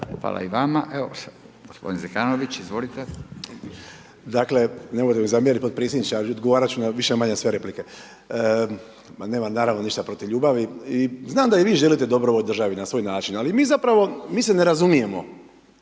Hvala i vama. Gospodin Zekanović, izvolite. **Zekanović, Hrvoje (HRAST)** Dakle, nemojte mi zamjeriti podpredsjedniče, ali odgovarati ću na više-manje sve replike. Ma nemam naravno ništa protiv ljubavi i znam da i vi želite dobro ovoj državi na svoj način, ali mi zapravo, mi se ne razumijemo.